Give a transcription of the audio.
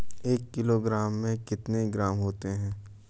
एक किलोग्राम में कितने ग्राम होते हैं?